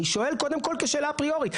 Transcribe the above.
אני שואל קודם כל כשאלה אפריורית,